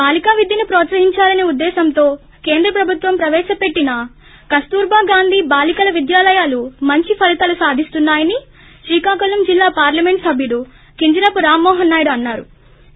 బాలికా విద్యను ప్రోత్సహిందాలనే ఉద్దేశ్వంతో కేంద్ర ప్రభుత్వం ప్రవేశపెట్టిన కస్తూరిభా గాంధీ బాలికల విద్యాలయాలు మంచి ఫలితాలు సాధిస్తున్నాయని శ్రీకాకుళం జిల్లా పార్లమెంట్ సభ్యుడు కింజరాపు రామ్మోహన్ నాయుడు అన్సారు